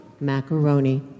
macaroni